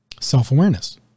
Self-awareness